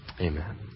Amen